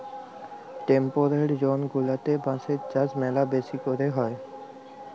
temperate zone গুলাতে বাঁশের চাষ ম্যালা বেশি ক্যরে হ্যয়